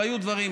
והיו דברים,